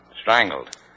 Strangled